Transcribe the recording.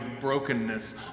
brokenness